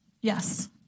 Yes